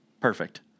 perfect